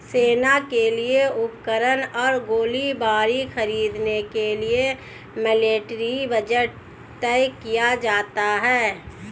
सेना के लिए उपकरण और गोलीबारी खरीदने के लिए मिलिट्री बजट तय किया जाता है